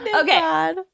Okay